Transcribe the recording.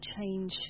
change